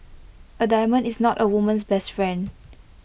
A diamond is not A woman's best friend